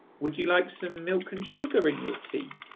would you like some milk and sugar in your tea?